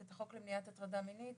את החוק למניעת הטרדה מינית